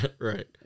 Right